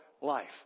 life